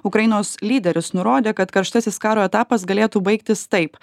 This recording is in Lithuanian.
ukrainos lyderis nurodė kad karštasis karo etapas galėtų baigtis taip